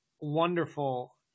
wonderful